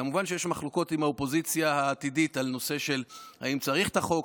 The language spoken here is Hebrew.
כמובן יש מחלוקות עם האופוזיציה העתידית על הנושא אם צריך את החוק,